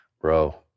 bro